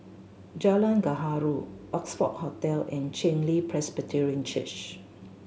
Jalan Gaharu Oxford Hotel and Chen Li Presbyterian Church